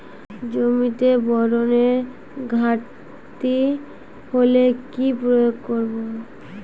জমিতে বোরনের ঘাটতি হলে কি প্রয়োগ করব?